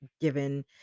given